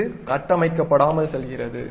இது கட்டமைக்கப்படாமல் செல்கிறது